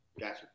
Gotcha